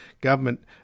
government